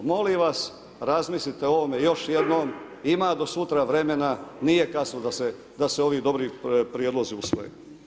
Molim vas, razmislite o ovome još jednom, ima do sutra vremena, nije kasno da se ovi dobri prijedlozi usvoje.